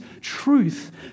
truth